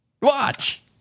Watch